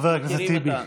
חבר הכנסת טיבי.